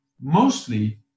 mostly